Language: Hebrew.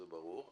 זה ברור,